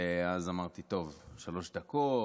ואז אמרתי: טוב, שלוש דקות,